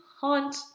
haunt